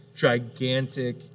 Gigantic